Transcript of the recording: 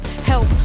Help